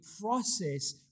process